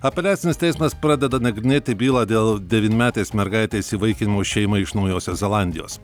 apeliacinis teismas pradeda nagrinėti bylą dėl devynmetės mergaitės įvaikinimo šeimai iš naujosios zelandijos